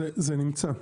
זה נמצא.